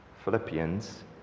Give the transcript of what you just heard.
Philippians